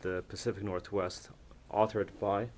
the pacific northwest authored by